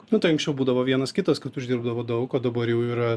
nu tai anksčiau būdavo vienas kitas kad uždirbdavo daug o dabar jau yra